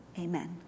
Amen